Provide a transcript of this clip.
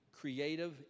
creative